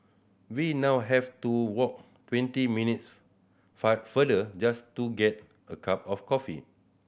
we now have to walk twenty minutes farther just to get a cup of coffee